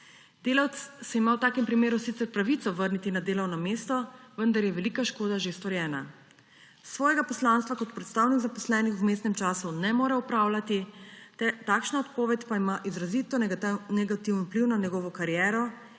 Delavec se ima v takem primeru sicer pravico vrniti na delovno mesto, vendar je velika škoda že storjena. Svojega poslanstva kot predstavnik zaposlenih v vmesnem času ne more opravljati, takšna odpoved pa ima izrazito negativen vpliv na njegovo kariero